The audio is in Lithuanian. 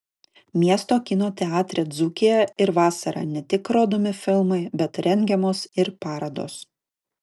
miesto kino teatre dzūkija ir vasarą ne tik rodomi filmai bet rengiamos ir parodos